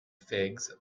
figs